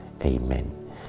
Amen